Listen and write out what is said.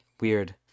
weird